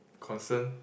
concern